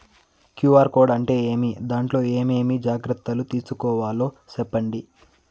QR code అంటే ఏమి? దాంట్లో ఏ ఏమేమి జాగ్రత్తలు తీసుకోవాలో సెప్పండి?